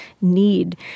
need